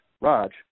Raj